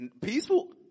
Peaceful